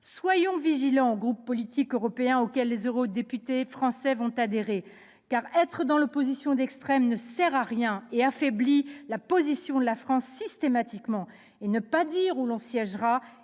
soyons vigilants s'agissant des groupes politiques européens auxquels les eurodéputés français vont adhérer ; car être dans l'opposition d'extrême ne sert à rien, sinon à affaiblir la position de la France. Ne pas dire où l'on siégera,